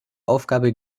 aufgabe